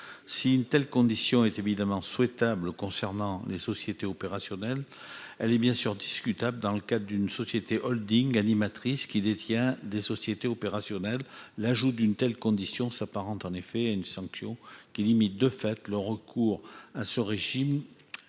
Si une telle condition est souhaitable concernant les sociétés opérationnelles, elle est bien sûr discutable dans le cas d'une société animatrice qui détient des sociétés opérationnelles. L'ajout d'une telle condition s'apparente en effet à une sanction qui limite, de fait, le recours à ce régime